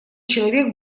человек